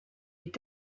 est